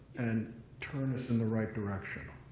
and turn us in the right direction,